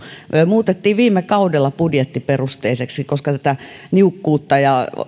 muutettiin viime kaudella budjettiperusteiseksi koska tätä niukkuutta ja